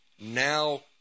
now